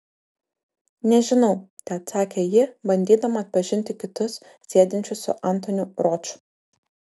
nežinau teatsakė ji bandydama atpažinti kitus sėdinčius su antoniu roču